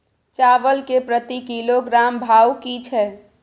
चावल के प्रति किलोग्राम भाव की छै?